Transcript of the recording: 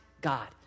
God